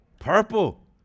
Purple